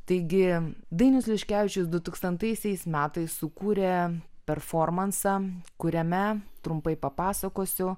taigi dainius liškevičius du tūkstantaisiais metais sukūrė performansą kuriame trumpai papasakosiu